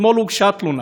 אתמול הוגשה תלונה,